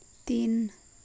तिन